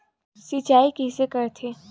सिंचाई कइसे करथे?